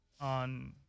on